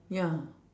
ya